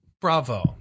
Bravo